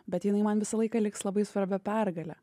bet jinai man visą laiką liks labai svarbia pergale